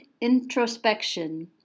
introspection